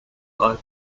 like